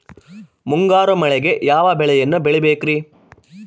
ಮುಂಗಾರು ಮಳೆಗೆ ಯಾವ ಬೆಳೆಯನ್ನು ಬೆಳಿಬೇಕ್ರಿ?